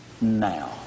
now